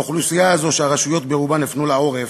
האוכלוסייה הזאת, שהרשויות ברובן הפנו לה עורף,